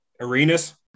Arenas